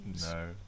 No